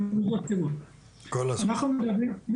אנחנו מדברים,